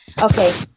Okay